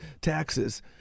taxes